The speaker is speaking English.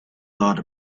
thought